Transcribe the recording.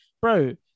Bro